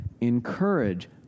Encourage